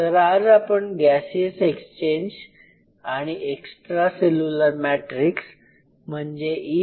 तर आज आपण गॅसियस एक्सचेंज आणि एक्स्ट्रा सेल्युलर मॅट्रिक्स म्हणजे E